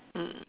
mm